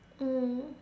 mm